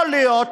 יכול להיות